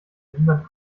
niemand